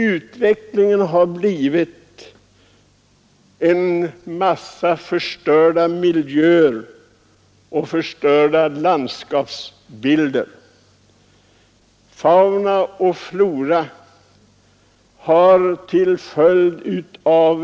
Utvecklingen har fört med sig förstörd miljö och förstörda landskapsbilder. Fauna och flora har skövlats.